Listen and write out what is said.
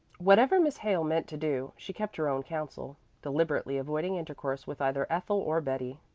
whatever miss hale meant to do, she kept her own counsel, deliberately avoiding intercourse with either ethel or betty.